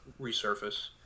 resurface